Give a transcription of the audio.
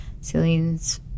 Celine's